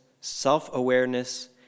self-awareness